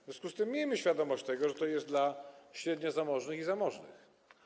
W związku z tym miejmy świadomość tego, że to jest dla średniozamożnych i zamożnych.